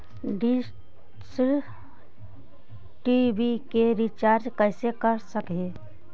Dish TV के रिचार्ज कैसे कर सक हिय?